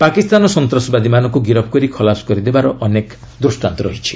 ପାକିସ୍ତାନ ସନ୍ତାସବାଦୀମାନଙ୍କୁ ଗିରଫ କରି ଖଲାସ କରିଦେବାର ଅନେକ ଦୃଷ୍ଟାନ୍ତ ରହିଛି